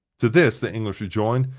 to this the english rejoined,